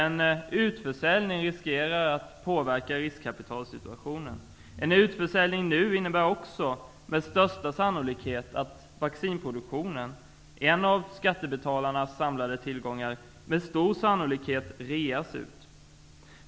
En utförsäljning riskerar att påverka riskkapitalsituationen. En utförsäljning nu innebär också med största sannolikhet att vaccinproduktionen -- en av skattebetalarnas samlade tillgångar -- reas ut.